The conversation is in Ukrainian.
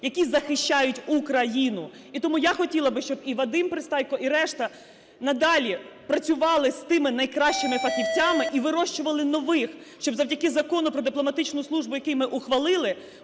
які захищають Україну. І тому я би хотіла, щоб і Вадим Пристайко, і решта надалі працювали з тими найкращими фахівцями і вирощували нових, щоб завдяки Закону "Про дипломатичну службу", який ми ухвалили,